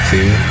Fear